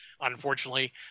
unfortunately